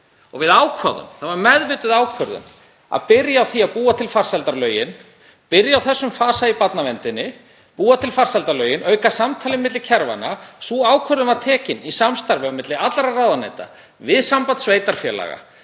Við ákváðum, það var meðvituð ákvörðun, að byrja á því að búa til farsældarlögin, byrja á þessum fasa í barnaverndinni, búa til farsældarlögin og auka samtalið milli kerfanna. Sú ákvörðun var tekin í samstarfi milli allra ráðuneyta við Samband íslenskra